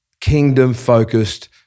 kingdom-focused